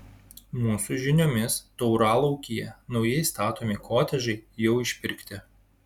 mūsų žiniomis tauralaukyje naujai statomi kotedžai jau išpirkti